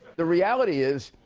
the reality is,